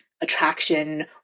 attraction